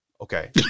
Okay